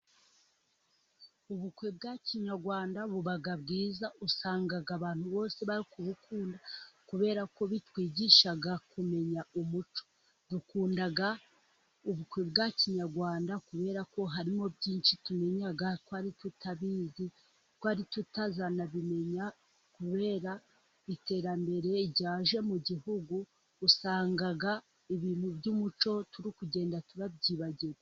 Ubukwe bwa kinyarwanda buba bwiza, usanga abantu bose bari kubukunda, kubera ko butwigisha kumenya umuco, dukunda ubukwe bwa kinyarwanda, kubera ko harimo byinshi tumenya twari tutabizi, twari tutazanabimenya kubera iterambere ryaje mu gihugu, usanga ibintu by'umuco turi kugenda turabyibagirwa.